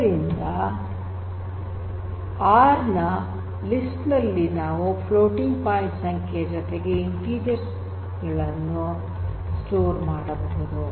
ಆದ್ದರಿಂದ ಆರ್ ನ ಲಿಸ್ಟ್ ನಲ್ಲಿ ನಾವು ಫ್ಲೋಟಿಂಗ್ ಪಾಯಿಂಟ್ ಸಂಖ್ಯೆಯ ಜೊತೆಗೆ ಇಂಟಿಜರ್ ಸಂಖ್ಯೆಗಳನ್ನು ಸ್ಟೋರ್ ಮಾಡಬಹುದು